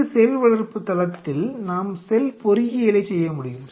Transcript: இந்த செல் வளர்ப்பு தளத்தில் நாம் செல் பொறியியலைச் செய்ய முடியும்